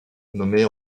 nommée